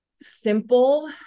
simple